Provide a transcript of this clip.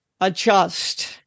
adjust